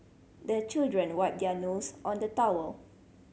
the children wipe their nose on the towel